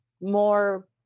more